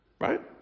Right